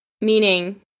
meaning